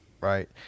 Right